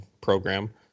program